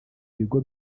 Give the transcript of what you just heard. bigo